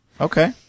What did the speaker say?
Okay